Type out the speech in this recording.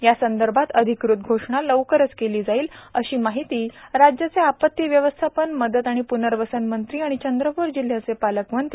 यासंदर्भात अधिकृत घोषणा लवकरच केली जाईल अशी माहिती राज्याचे आपत्ती व्यवस्थापन मदत व प्नर्वसन मंत्री तथा चंद्रपूर जिल्ह्याचे पालकमंत्री ना